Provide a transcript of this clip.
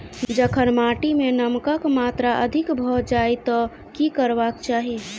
जखन माटि मे नमक कऽ मात्रा अधिक भऽ जाय तऽ की करबाक चाहि?